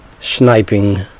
sniping